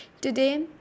Today